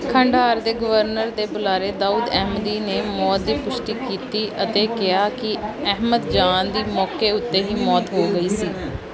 ਖੰਡਹਾਰ ਦੇ ਗਵਰਨਰ ਦੇ ਬੁਲਾਰੇ ਦਾਉਦ ਅਹਿਮਦੀ ਨੇ ਮੌਤ ਦੀ ਪੁਸ਼ਟੀ ਕੀਤੀ ਅਤੇ ਕਿਹਾ ਕਿ ਅਹਿਮਦ ਜਾਨ ਦੀ ਮੌਕੇ ਉੱਤੇ ਹੀ ਮੌਤ ਹੋ ਗਈ ਸੀ